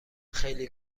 خیلی